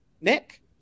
Nick